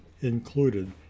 included